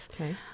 Okay